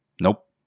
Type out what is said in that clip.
Nope